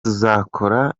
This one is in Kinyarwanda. tuzakora